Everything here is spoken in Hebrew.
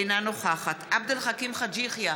אינה נוכחת עבד אל חכים חאג' יחיא,